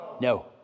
No